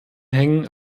hängen